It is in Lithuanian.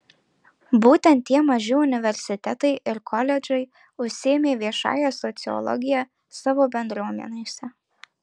būtent tie maži universitetai ir koledžai užsiėmė viešąja sociologija savo bendruomenėse